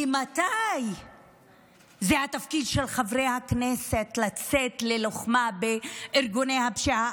ממתי זה התפקיד של חברי הכנסת לצאת ללוחמה בארגוני הפשיעה?